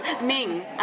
Ming